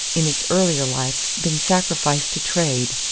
in its earlier life been sacrificed to trade,